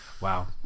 Wow